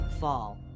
fall